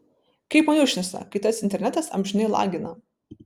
kaip mane užknisa kai tas internetas amžinai lagina